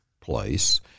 place